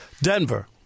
Denver